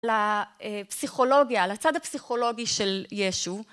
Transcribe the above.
לפסיכולוגיה, לצד הפסיכולוגי של ישו.